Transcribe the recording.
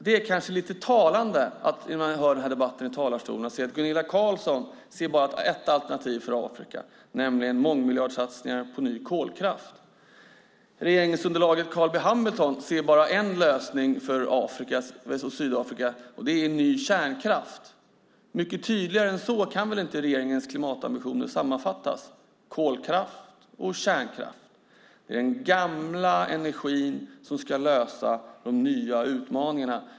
Det är talande att Gunilla Carlsson bara ser ett alternativ för Afrika, nämligen mångmiljardsatsningar på ny kolkraft och att regeringsunderlaget Carl B Hamilton bara ser en lösning för Sydafrika, nämligen ny kärnkraft. Mycket tydligare än så kan inte regeringens klimatambitioner sammanfattas - kolkraft och kärnkraft. Det är den gamla energin som ska lösa de nya utmaningarna.